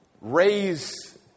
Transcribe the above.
Raise